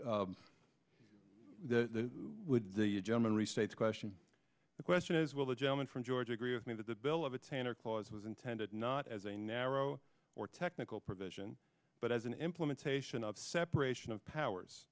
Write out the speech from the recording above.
the wood the german restates question the question is will the gentleman from georgia agree with me that the bill of attainder clause was intended not as a narrow or technical provision but as an implementation of separation of powers